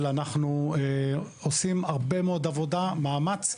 אבל אנחנו עושים הרבה מאוד עבודה, מאמץ.